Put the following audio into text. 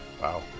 Wow